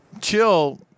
chill